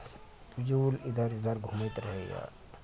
फिजूल इधर उधर घुमैत रहैया